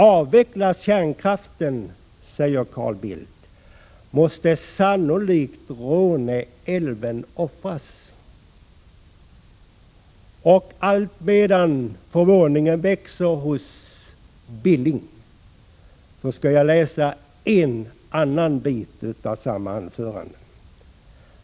”Avvecklas kärnkraften”, sade Carl Bildt, ”måste sannolikt Råneälven offras.” Allt medan förvåningen växer hos Knut Billing skall jag läsa en annan bit av samma anförande.